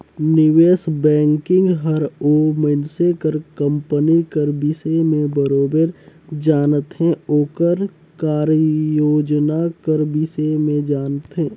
निवेस बैंकिंग हर ओ मइनसे कर कंपनी कर बिसे में बरोबेर जानथे ओकर कारयोजना कर बिसे में जानथे